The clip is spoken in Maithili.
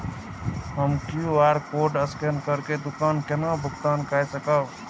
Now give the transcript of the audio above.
हम क्यू.आर कोड स्कैन करके दुकान केना भुगतान काय सकब?